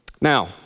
now